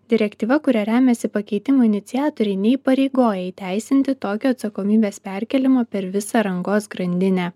direktyva kuria remiasi pakeitimų iniciatoriai neįpareigoja įteisinti tokio atsakomybės perkėlimo per visą rangos grandinę